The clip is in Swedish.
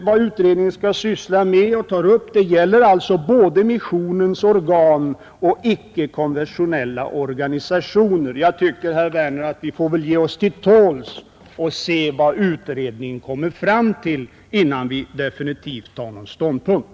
Vad utredningen skall syssla med och tar upp gäller sålunda både missionens organ och icke konfessionella organ. — Jag tycker, herr Werner, att vi får väl ge oss till tåls och se vad utredningen kommer fram till, innan vi definitivt tar ståndpunkt.